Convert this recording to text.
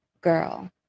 girl